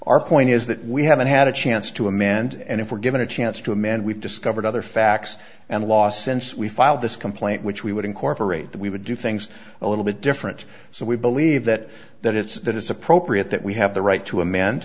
our point is that we haven't had a chance to amend and if we're given a chance to amend we've discovered other facts and law since we filed this complaint which we would incorporate that we would do things a little bit different so we believe that that it's that it's appropriate that we have the right to a